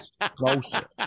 closer